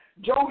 Joe